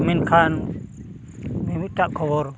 ᱢᱮᱱᱠᱷᱟᱱ ᱢᱤᱢᱤᱫᱴᱟᱝ ᱠᱷᱚᱵᱚᱨ